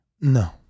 no